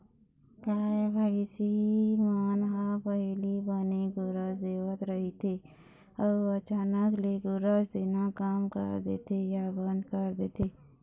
गाय, भइसी मन ह पहिली बने गोरस देवत रहिथे अउ अचानक ले गोरस देना कम कर देथे या बंद कर देथे